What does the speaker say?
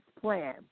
plan